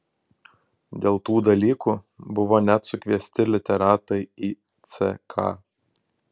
dėl tų dalykų buvo net sukviesti literatai į ck